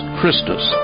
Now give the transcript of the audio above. Christus